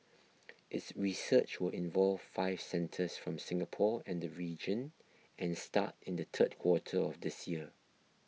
its research will involve five centres from Singapore and the region and start in the third quarter of this year